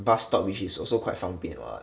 bus stop which is also quite 方便 [what]